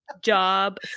job